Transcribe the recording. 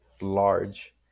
Large